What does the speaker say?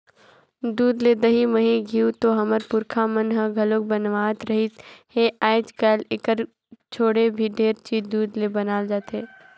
दूद ले दही, मही, घींव तो हमर पूरखा मन ह घलोक बनावत रिहिस हे, आयज कायल एखर छोड़े भी ढेरे चीज दूद ले बनाल जाथे